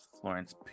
Florence